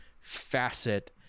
facet